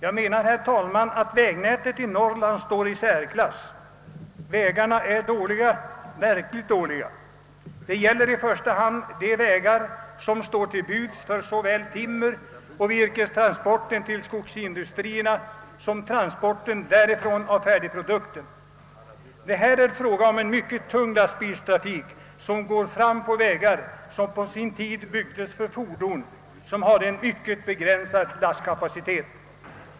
Jag menar, herr talman, att vägnätet i Norrland står i särklass. Vägarna är där verkligt dåliga. Detta gäller i första hand de vägar, som står till buds för såväl timmeroch virkestransporten till skogsindustrierna som transporten därifrån av färdigprodukten. Det är här fråga om en mycket tung lastbilstrafik på vägar, som på sin tid byggdes för fordon, vilka hade en mycket begränsad lastkapacitet.